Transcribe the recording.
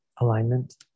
Alignment